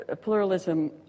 pluralism